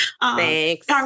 Thanks